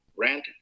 rent